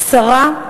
שרה,